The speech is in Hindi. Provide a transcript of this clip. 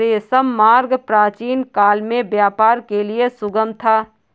रेशम मार्ग प्राचीनकाल में व्यापार के लिए सुगम था